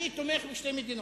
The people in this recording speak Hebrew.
אני תומך בשתי מדינות.